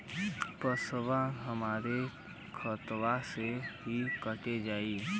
पेसावा हमरा खतवे से ही कट जाई?